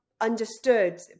understood